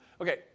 Okay